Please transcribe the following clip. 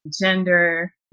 gender